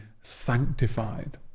sanctified